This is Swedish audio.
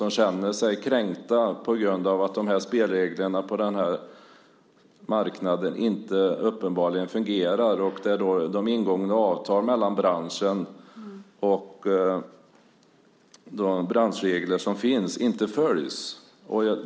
De känner sig kränkta på grund av att spelreglerna på den här marknaden uppenbarligen inte fungerar, att ingångna avtal och branschregler inte följs.